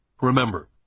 remember